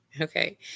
Okay